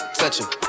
touching